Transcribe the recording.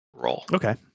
Okay